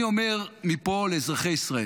אני אומר מפה לאזרחי ישראל: